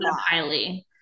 highly